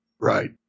Right